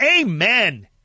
Amen